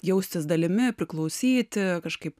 jaustis dalimi priklausyti kažkaip